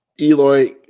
Eloy